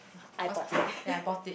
I bought it